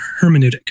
hermeneutic